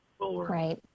Right